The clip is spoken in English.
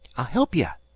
i'll help ye.